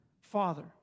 Father